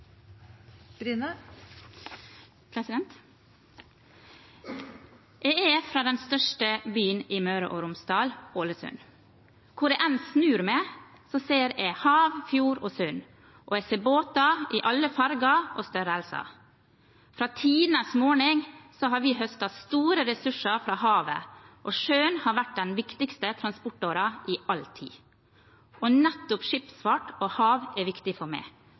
for avklaringer. Jeg er fra den største byen i Møre og Romsdal, Ålesund. Hvor jeg enn snur meg, ser jeg hav, fjord og sund, og jeg ser båter i alle farger og størrelser. Fra tidenes morgen har vi høstet store ressurser fra havet, og sjøen har vært den viktigste transportåren i all tid. Og nettopp skipsfart og hav er viktig for meg,